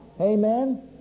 Amen